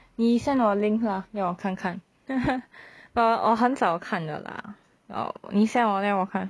你 send 我 link lah then 我看看 but 我我很少看的 lah 你 send 我 then 我看